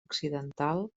occidental